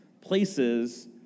places